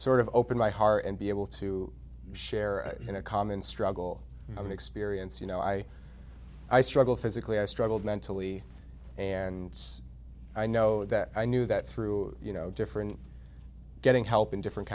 sort of open my heart and be able to share in a common struggle of an experience you know i i struggle physically i struggled mentally and i know that i knew that through you know different getting help in different